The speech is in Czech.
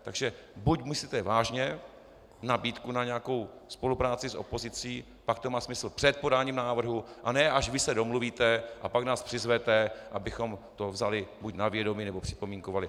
Takže buď myslíte vážně nabídku na nějakou spolupráci s opozicí, pak to má smysl před podáním návrhu, a ne až vy se domluvíte, a pak nás přizvete, abychom to vzali buď na vědomí, nebo připomínkovali.